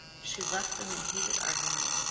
she left them in heated argument,